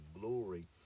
glory